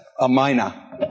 Amina